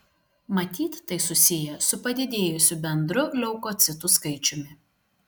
matyt tai susiję su padidėjusiu bendru leukocitų skaičiumi